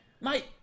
Mate